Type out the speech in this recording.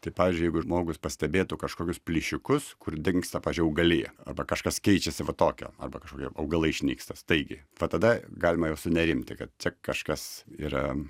tai pavyzdžiui jeigu žmogus pastebėtų kažkokius plyšiukus kur dingsta pavyzdžiui augalija arba kažkas keičiasi va tokio arba kažkokie augalai išnyksta staigiai va tada galima jau sunerimti kad čia kažkas yra